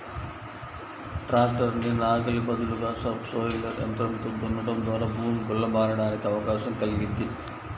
tractor కి నాగలి బదులుగా సబ్ సోయిలర్ యంత్రంతో దున్నడం ద్వారా భూమి గుల్ల బారడానికి అవకాశం కల్గిద్ది